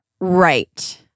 Right